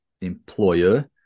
employer